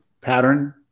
pattern